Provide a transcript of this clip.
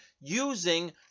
using